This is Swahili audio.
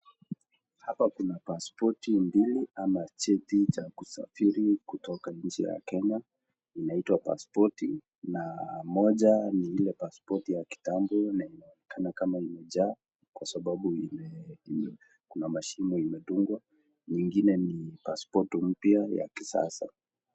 Hapa kuna pasipoti mbili au cheti cha kusafiri kutoka nje ya Kenya inaitwa pasipoti. Na moja ni ile pasipoti ya kitambo na inaonekana kama imejaa kwa sababu ime.. kuna mashimo imedungwa ingine ni pasipoti mpya ya kisasa.